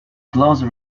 closer